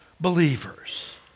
believers